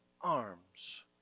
arms